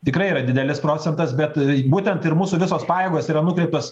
tikrai yra didelis procentas bet būtent ir mūsų visos pajėgos yra nukreiptos